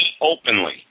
openly